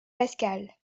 pascal